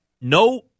No